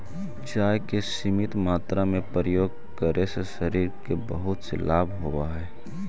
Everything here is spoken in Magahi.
चाय के सीमित मात्रा में प्रयोग करे से शरीर के बहुत से लाभ होवऽ हइ